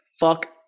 fuck